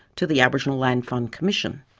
to the aboriginal land fund commission.